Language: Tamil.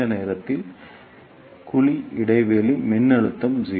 இந்த நேரத்தில் குழி இடைவெளி மின்னழுத்தம் 0